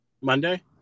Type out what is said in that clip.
Monday